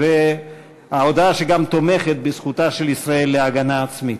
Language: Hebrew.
ועל ההודעה שגם תומכת בזכותה של ישראל להגן על אזרחיה.